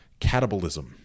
catabolism